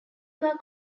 per